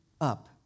up